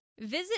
visit